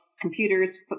computers